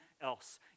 else